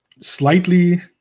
slightly